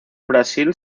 brasil